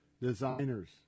designers